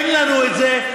אין לנו את זה.